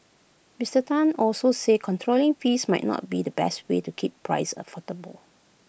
Mister Tan also said controlling fees might not be the best way to keep prices affordable